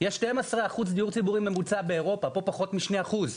יש 12% דיור ציבורי באירופה, פה פחות משני אחוז.